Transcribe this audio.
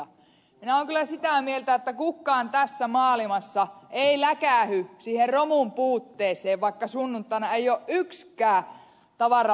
minä olen kyllä sitä mieltä että kukkaan tässä maailmassa ei läkähy siihen romun puutteeseen vaikka sunnuntaina ei o ykskään tavaralaari auki